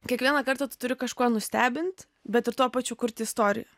kiekvieną kartą tu turi kažkuo nustebint bet ir tuo pačiu kurti istoriją